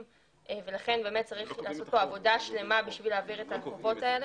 צריך פה עבודה שלמה בשביל להעביר את הדוחות הללו.